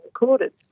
recorded